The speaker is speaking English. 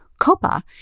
COPA